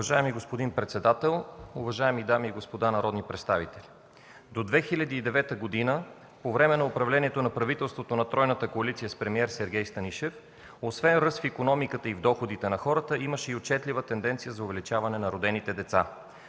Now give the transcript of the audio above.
Уважаеми господин председател, уважаеми дами и господа народни представители! До 2009 г., по време на управлението на правителството на тройната коалиция с премиер Сергей Станишев, освен ръст в икономиката и в доходите на хората имаше и отчетлива тенденция за увеличаване на родените деца